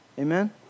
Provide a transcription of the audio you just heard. Amen